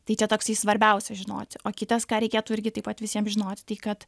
tai čia toksai svarbiausia žinoti o kitas ką reikėtų irgi taip pat visiems žinoti tai kad